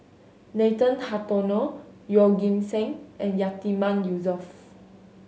Nathan Hartono Yeoh Ghim Seng and Yatiman Yusof